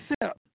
accept